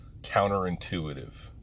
counterintuitive